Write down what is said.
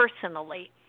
personally